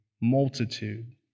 multitude